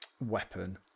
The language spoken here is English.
weapon